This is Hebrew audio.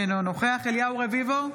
אינו נוכח אליהו רביבו,